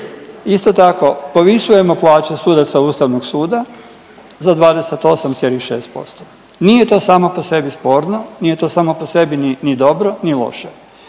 Isto tako, povisujemo plaće Ustavnog suda 28,6%. Nije to samo po sebi sporno, nije to samo po sebi ni dobro ni loše.